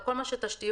כל נושא התשתיות,